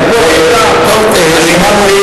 שמענו,